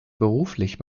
beruflich